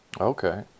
Okay